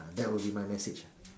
ah that will be my message